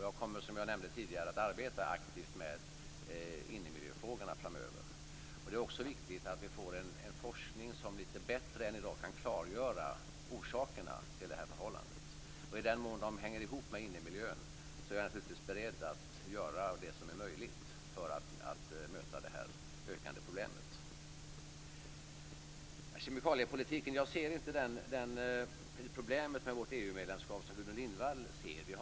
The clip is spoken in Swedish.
Jag kommer som jag nämnde tidigare att arbeta aktivt med innemiljöfrågorna framöver. Det är också viktigt att vi får en forskning som lite bättre än i dag kan klargöra orsakerna till det här förhållandet. I den mån de hänger ihop med innemiljön är jag naturligtvis beredd att göra det som är möjligt för att möta detta ökande problem. Jag ser inte det problem med vårt EU medlemskap som Gudrun Lindvall ser när det gäller kemikaliepolitiken.